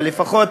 אבל לפחות,